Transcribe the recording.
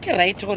right